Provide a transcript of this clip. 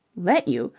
let you?